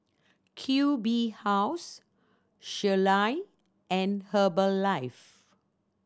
Q B House Sealy and Herbalife